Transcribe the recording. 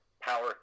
power